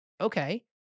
okay